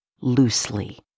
loosely